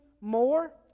more